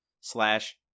slash